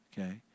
Okay